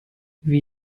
wie